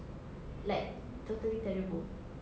like totally terrible